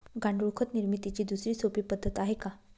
गांडूळ खत निर्मितीची दुसरी सोपी पद्धत आहे का?